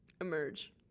emerge